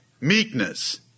meekness